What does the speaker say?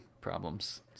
problems